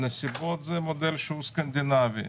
הנסיבות הוא המודל הסקנדינבי.